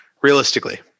realistically